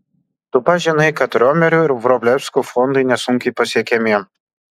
tu pats žinai kad riomerių ar vrublevskių fondai nesunkiai pasiekiami